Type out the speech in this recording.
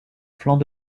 flanc